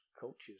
cultures